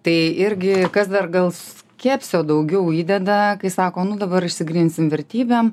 tai irgi kas dar gal skepsio daugiau įdeda kai sako nu dabar išsigryninsim vertybėm